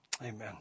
Amen